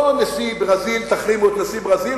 לא נשיא ברזיל ותחרימו את נשיא ברזיל,